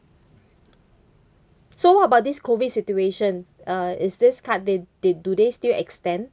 so what about this COVID situation uh is this card they they do they still extend